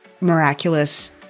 miraculous